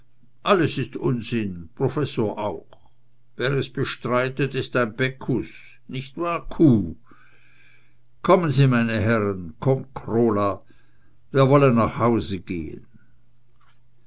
alles ist unsinn professor auch wer es bestreitet ist ein pecus nicht wahr kuh kommen sie meine herren komm krola wir wollen nach hause gehen